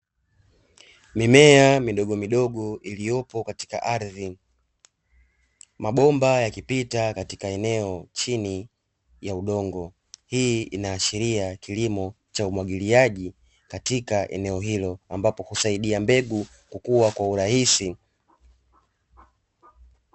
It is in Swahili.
Mimea midogomidogo iliyopo katika ardhi, mabomba yakipita katika eneo chini ya udongo hii inaashiria kilimo cha umwagiliaji katika eneo hilo, ambapo husaidia mbegu kukua kwa urahisi.